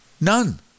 None